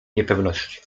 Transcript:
niepewność